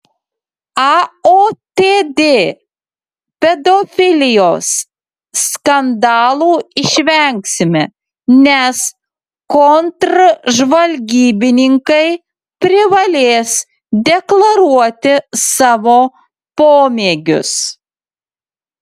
aotd pedofilijos skandalų išvengsime nes kontržvalgybininkai privalės deklaruoti savo pomėgius